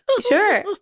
sure